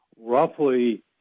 roughly